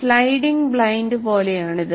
sliding blind പോലെയാണ് ഇത്